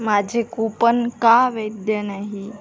माझे कूपन का वैध नाही